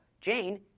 Jane